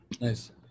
Nice